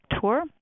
Tour